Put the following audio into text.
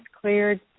cleared